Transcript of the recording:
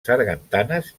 sargantanes